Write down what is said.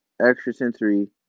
extrasensory